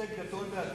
פוסק גדול,